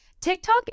TikTok